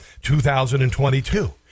2022